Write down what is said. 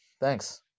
Thanks